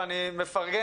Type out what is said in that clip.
אבל אני מפרגן לך.